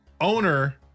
owner